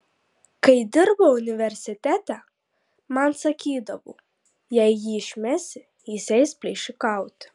kai dirbau universitete man sakydavo jei jį išmesi jis eis plėšikauti